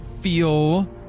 feel